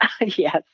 Yes